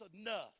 enough